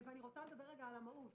אני רוצה לדבר על המהות.